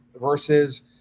versus